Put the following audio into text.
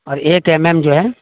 اور ایک M M جو ہے